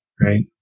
Right